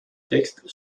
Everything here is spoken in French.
texte